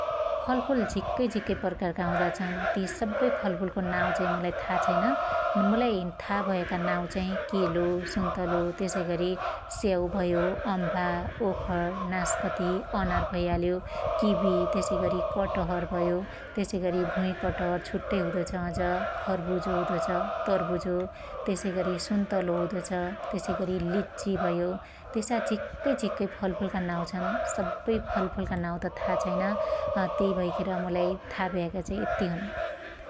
फलफुल झिक्कै झीक्कै प्रकारका हुदा छन् । ति सब्बै फलफुलको नाउ चाइ मुलाई था छैन । मुलाई था भयाका नाउ चाइ केलो ,सुन्तलो त्यसैगरी स्याउ भयो अम्भा ओखण, नास्पती अनार भैहाल्यो ,कीबि त्यसैगरी कटहर भयो त्यसैगरी भुइकटहर छुट्टै हुदो छ अझ खरबुजो हुदो छ तरभुजो त्यसैगरी सुन्तलो हुदो छ, त्यसैगरी लिच्चि भयो त्यसा झिक्कै झीक्कै फलफुलका नाउ छन सब्बै फलफुलका ना त था छैन त्यै भैखेर मुलाई था भयाका चाइ यत्त्ती हुन् ।